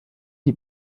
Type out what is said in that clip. die